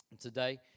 Today